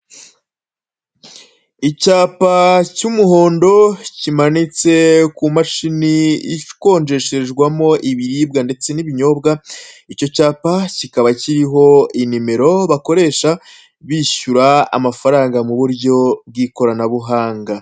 Icyapa cy'umuhondo kimanitse ku mashini ikonjesherezwamo ibiribwa ndetse n'ibinyobwa. Icyo cyapa kikaba kiriho inimero bakoresha bishyura amafaranga mu buryo bw'ikoranabuhanga.